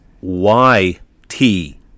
Y-T